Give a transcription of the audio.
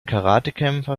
karatekämpfer